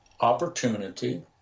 opportunity